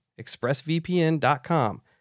expressvpn.com